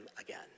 again